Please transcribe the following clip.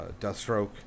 deathstroke